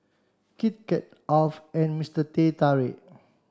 Kit Kat Alf and Mister Teh Tarik